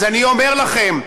אז אני אומר לכם: